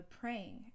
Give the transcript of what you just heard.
praying